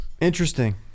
Interesting